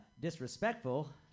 disrespectful